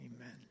amen